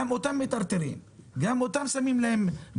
גם אותם מטרטרים, גם הם נתקלים בבעיות.